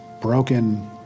broken